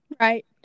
right